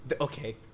Okay